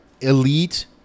Elite